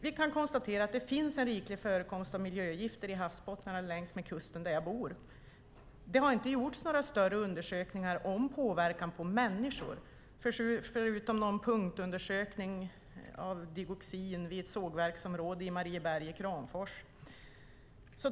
Vi kan konstatera att det finns en riklig förekomst av miljögifter i havsbottnarna längs med kusten där jag bor. Det har inte gjorts några större undersökningar om påverkan på människor, förutom någon punktundersökning av dioxin vid ett sågverksområde i Marieberg i Kramfors.